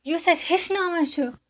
یُس اَسہِ ہیٚچھناوان چھُ